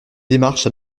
démarche